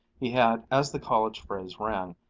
he had, as the college phrase ran,